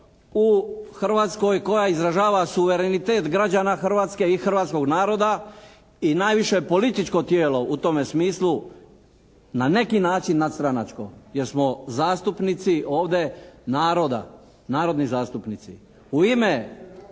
u Hrvatskoj koja izražava suverenitet građana Hrvatske i Hrvatskog naroda i najviše političko tijelo, u tome smislu na neki način nadstranačko jer smo zastupnici ovdje naroda, narodni zastupnici.